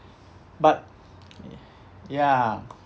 but ya